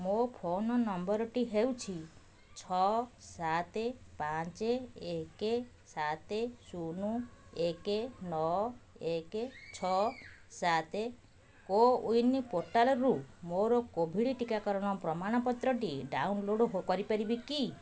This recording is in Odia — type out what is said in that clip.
ମୋ ଫୋନ୍ ନମ୍ବର୍ଟି ହେଉଛି ଛଅ ସାତେ ପାଞ୍ଚ ଏକେ ସାତ ଶୂନ ଏକ ନଅ ଏକ ଛଅ ସାତ କୋୱିନ୍ ପୋର୍ଟାଲ୍ରୁ ମୋର କୋଭିଡ଼୍ ଟିକାକରଣ ପ୍ରମାଣପତ୍ରଟି ଡାଉନଲୋଡ଼୍ କରିପାରିବି କି